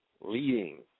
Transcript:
leading